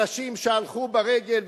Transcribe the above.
אנשים שהלכו ברגל.